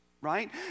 right